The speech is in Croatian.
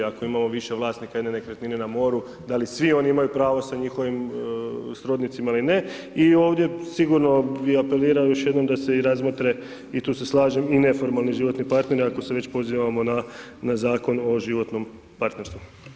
Ako imamo više vlasnika jedne nekretnine na moru, da li svi oni imaju pravo sa njihovim srodnicima ili ne, i ovdje sigurno bi apelirao još jednom da se i razmotre, i tu se slažem i neformalni životni partner, ako se već pozivamo na Zakon o životnom partnerstvu.